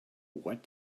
what